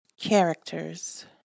characters